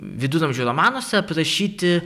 viduramžių romanuose aprašyti